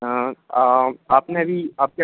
हाँ आपने अभी आपके